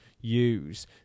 use